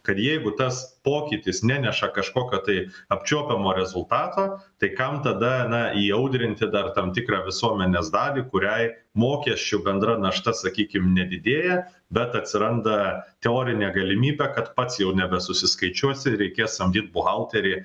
kad jeigu tas pokytis neneša kažkokio tai apčiuopiamo rezultato tai kam tada na įaudrinti dar tam tikrą visuomenės dalį kuriai mokesčių bendra našta sakykim nedidėja bet atsiranda teorinė galimybė kad pats jau nebesuskaičiuosi reikės samdyt buhalterį